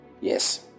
yes